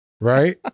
right